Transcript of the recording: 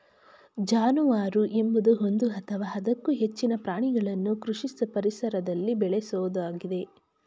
ಜಾನುವಾರು ಎಂಬುದು ಒಂದು ಅಥವಾ ಅದಕ್ಕೂ ಹೆಚ್ಚಿನ ಪ್ರಾಣಿಗಳನ್ನು ಕೃಷಿ ಪರಿಸರದಲ್ಲಿ ಬೇಳೆಸೋದಾಗಿದೆ